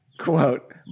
Quote